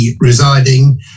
residing